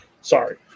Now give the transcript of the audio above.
sorry